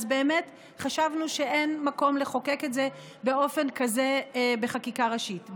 אז באמת חשבנו שאין מקום לחוקק את זה באופן כזה בחקיקה ראשית.